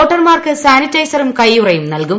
വോട്ടർമാർക്ക് സാനിറ്റൈസറും കൈയുറയും നൽകും